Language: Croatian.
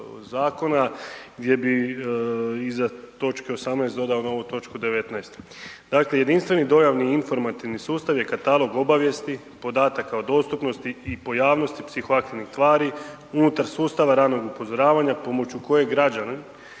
zakona gdje bi iza toč. 18. dodao novu toč. 19. Dakle, jedinstveni dojavni informativni sustav je katalog obavijesti, podataka o dostupnosti i pojavnosti psihoaktivnih tvari unutar sustava ranog upozoravanja pomoću kojeg građani